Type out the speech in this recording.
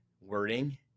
wording